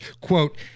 quote